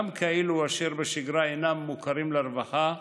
גם כאלה אשר בשגרה אינם מוכרים לרווחה,